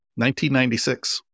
1996